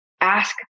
ask